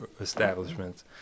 establishments